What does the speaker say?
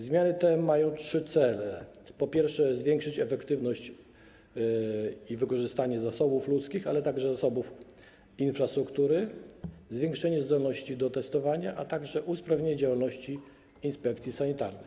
Zmiany te mają trzy cele: zwiększenie efektywności i wykorzystanie zasobów ludzkich, ale także zasobów infrastruktury, zwiększenie zdolności do testowania, a także usprawnienie działalności inspekcji sanitarnych.